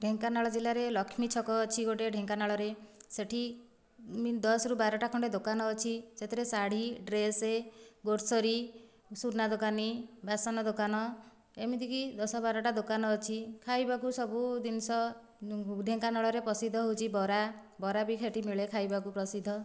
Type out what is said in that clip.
ଢେଙ୍କାନାଳ ଜିଲ୍ଲାରେ ଲକ୍ଷ୍ମୀ ଛକ ଅଛି ଗୋଟିଏ ଢେଙ୍କାନାଳରେ ସେହିଠି ଦଶ ରୁ ବାରଟା ଖଣ୍ଡେ ଦୋକାନ ଅଛି ସେଥିରେ ଶାଢ଼ୀ ଡ୍ରେସ୍ ଗ୍ରୋସେରୀ ସୁନା ଦୋକାନୀ ବାସନ ଦୋକାନ ଏମିତିକି ଦଶ ବାରଟା ଦୋକାନ ଅଛି ଖାଇବାକୁ ସବୁ ଜିନିଷ ଢେଙ୍କାନାଳରେ ପ୍ରସିଦ୍ଧ ହେଉଛି ବରା ବରା ବି ସେହିଠି ମିଳେ ଖାଇବାକୁ ପ୍ରସିଦ୍ଧ